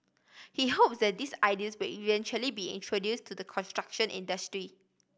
he hopes that these ideas will eventually be introduce to the construction industry